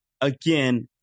again